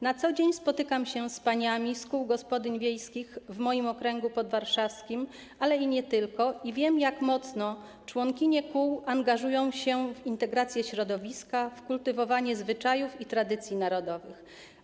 Na co dzień spotykam się z paniami z kół gospodyń wiejskich w moim okręgu podwarszawskim, ale nie tylko, i wiem, jak mocno członkinie kół angażują się w integrację środowiska, w kultywowanie zwyczajów i tradycji narodowych.